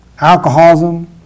alcoholism